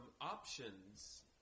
options